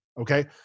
Okay